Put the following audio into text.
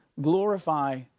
glorify